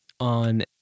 on